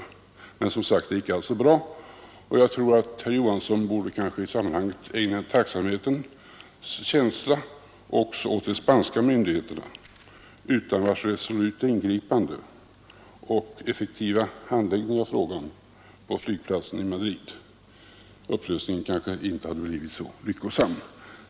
Men, som sagt, det gick bra, och jag tror att herr Johansson i sammanhanget borde ägna en tacksamhetens tanke också åt de spanska myndigheterna utan vilkas resoluta ingripande och effektiva handläggning av frågan på flygplatsen i Madrid upplösningen kanske inte hade blivit så lyckosam.